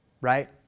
right